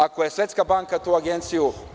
Ako je Svetska banka tu agenciju…